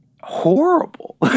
horrible